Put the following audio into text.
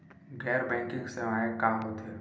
गैर बैंकिंग सेवाएं का होथे?